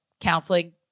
counseling